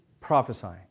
prophesying